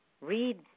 Read